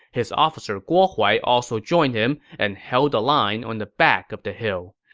his officer guo huai also joined him and held the line on the back of the hill.